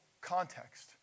context